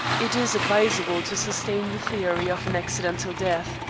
it is advisable to sustain the theory of an accidental death.